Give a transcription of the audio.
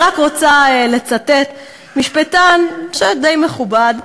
אני רק רוצה לצטט משפטן די מכובד,